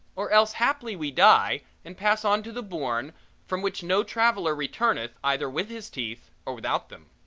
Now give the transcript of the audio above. or else haply we die and pass on to the bourne from which no traveller returneth either with his teeth or without them.